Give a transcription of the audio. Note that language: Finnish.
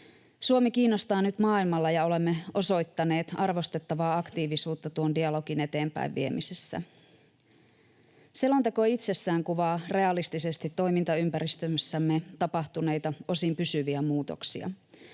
Suomi kiinnostaa nyt maailmalla, ja olemme osoittaneet arvostettavaa aktiivisuutta tuon dialogin eteenpäinviemisessä. Selonteko itsessään kuvaa realistisesti toimintaympäristössämme tapahtuneita osin pysyviä muutoksia.